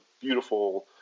beautiful